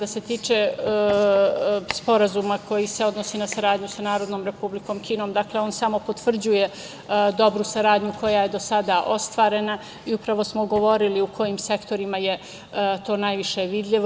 Što se tiče sporazuma koji se odnosi na saradnju sa Narodnom Republikom Kinom, dakle, on samo potvrđuje dobru saradnju koja je do sada ostvarena i upravo smo govorili u kojim sektorima je to najviše vidljivo.